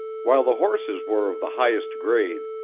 while the horses were of the highest grade,